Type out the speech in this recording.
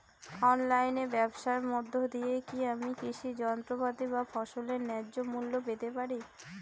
অনলাইনে ব্যাবসার মধ্য দিয়ে কী আমি কৃষি যন্ত্রপাতি বা ফসলের ন্যায্য মূল্য পেতে পারি?